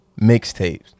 mixtapes